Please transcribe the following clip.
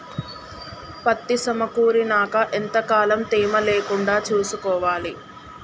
పత్తి సమకూరినాక ఎంత కాలం తేమ లేకుండా చూసుకోవాలి?